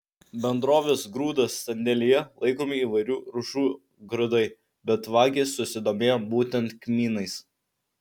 bendrovės grūdas sandėlyje laikomi įvairių rūšių grūdai bet vagys susidomėjo būtent kmynais